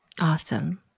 Awesome